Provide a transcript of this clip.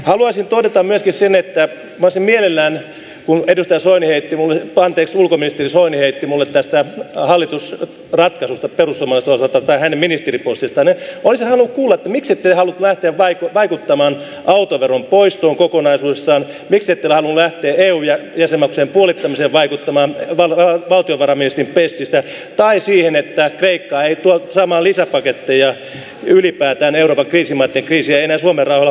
haluaisin todeta myöskin sen että minä olisin mielelläni kun ulkoministeri soini heitti minulle tästä hallitusratkaisusta perussuomalaisten osalta tai hänen ministeripostistaan halunnut kuulla miksi te ette halunnut lähteä vaikuttamaan autoveron poistoon kokonaisuudessaan miksi te ette halunnut lähteä vaikuttamaan valtiovarainministerin pestistä käsin eun jäsenmaksujen puolittamiseen tai siihen että kreikka ei tule saamaan lisäpaketteja ylipäätään siihen että euroopan kriisimaiden kriisejä ei enää suomen rahoilla hoidettaisi